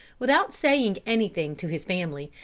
without saying anything to his family,